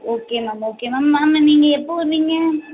okay ma'am okay ma'am ஆமாம் நீங்கள் எப்போது வருவீங்க